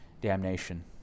damnation